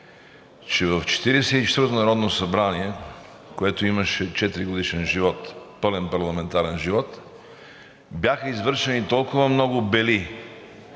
четвъртото народно събрание, което имаше четиригодишен живот, пълен парламентарен живот, бяха извършени толкова много бели,